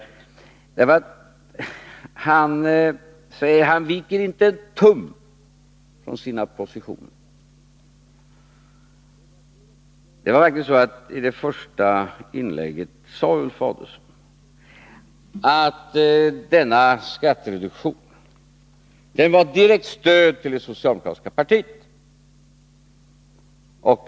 Han säger att han viker inte en tum från sina positioner. Det är faktiskt så att Ulf Adelsohn i det första inlägget sade att denna skattereduktion var ett direkt stöd till det socialdemokratiska partiet.